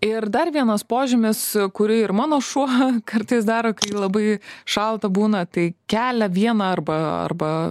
ir dar vienas požymis kurį ir mano šuo kartais daro kai labai šalta būna tai kelia vieną arba arba